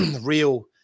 real